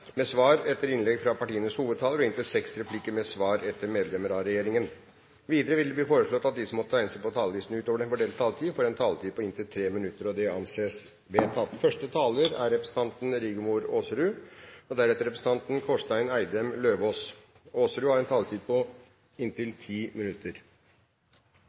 med svar etter innlegg fra partienes hovedtalere og inntil seks replikker med svar etter innlegg fra medlemmer av regjeringen, innenfor den fordelte taletid. Videre blir det foreslått at de som måtte tegne seg på talerlisten utover den fordelte taletid, får en taletid på inntil 3 minutter. – Det anses vedtatt. Det er